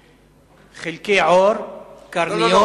חלקי עור, קרניות